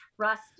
Trust